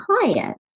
client